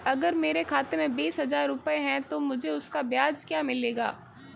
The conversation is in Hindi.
अगर मेरे खाते में बीस हज़ार रुपये हैं तो मुझे उसका ब्याज क्या मिलेगा?